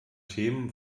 themen